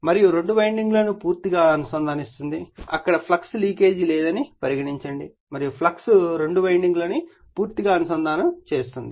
మరియు రెండు వైండింగ్ లను పూర్తిగా అనుసంధానిస్తుంది అక్కడ ఫ్లక్స్ లీకేజీ లేదని పరిగణించండి మరియు ఫ్లక్స్ రెండు వైండింగ్లను పూర్తిగా అనుసంధానం చేస్తుంది